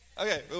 Okay